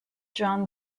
john